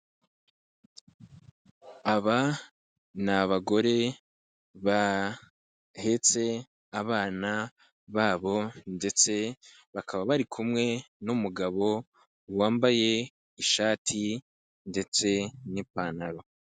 Aba ni abagore bahetse abana babo ndetse bakaba bari kumwe n'umugabo wambaye ishati ndetse n'ipantaro.